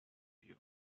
view